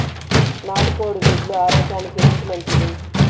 నాటు కోడి గుడ్లు ఆరోగ్యానికి ఎందుకు మంచిది?